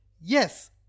Yes